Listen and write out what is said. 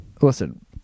Listen